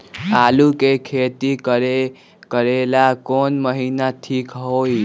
आलू के खेती करेला कौन महीना ठीक होई?